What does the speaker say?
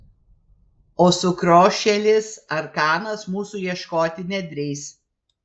o sukriošėlis arkanas mūsų ieškoti nedrįs